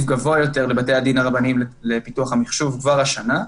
גבוה יותר לבתי הדין הרבניים לפיתוח המחשוב כבר השנה.